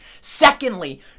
Secondly